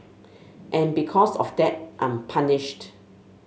and because of that I'm punished